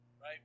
right